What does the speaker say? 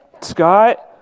Scott